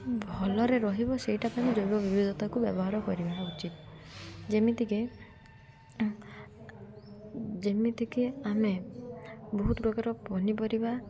ଭଲରେ ରହିବ ସେଇଟା ପାଇଁ ଜୈବ ବିବିଧତାକୁ ବ୍ୟବହାର କରିବା ଉଚିତ୍ ଯେମିତିକି ଯେମିତିକି ଆମେ ବହୁତ ପ୍ରକାର ପନିପରିବା